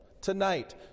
tonight